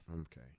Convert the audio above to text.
Okay